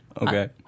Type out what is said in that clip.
Okay